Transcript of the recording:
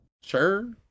sure